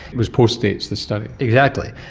which postdates this study? exactly.